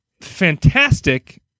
fantastic